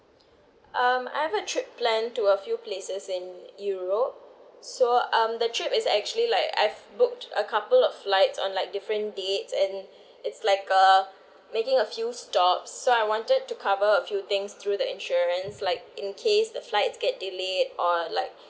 um I have a trip planned to a few places in europe so um the trip is actually like I've booked a couple of flights on like different dates and it's like uh making a few stops so I wanted to cover a few things through the insurance like in case the flight gets delay or like